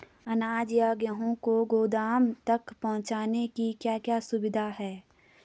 अनाज या गेहूँ को गोदाम तक पहुंचाने की क्या क्या सुविधा है?